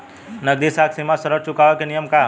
नगदी साख सीमा ऋण चुकावे के नियम का ह?